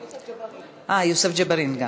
אה, יוסף ג'בארין גם.